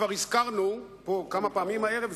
כבר הזכרנו פה כמה פעמים הערב,